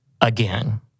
again